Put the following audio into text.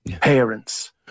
parents